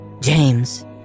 James